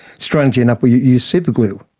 strangely enough we use superglue.